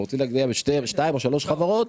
כשרוצים להגיע בשיים או שלוש חברות